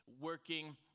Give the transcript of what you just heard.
working